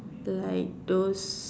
lisle those